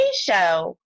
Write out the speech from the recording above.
show